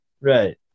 right